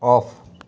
off